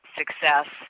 success